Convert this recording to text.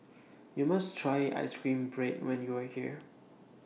YOU must Try Ice Cream Bread when YOU Are here